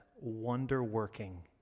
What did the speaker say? wonder-working